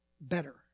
better